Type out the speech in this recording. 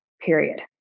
period